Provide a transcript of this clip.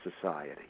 society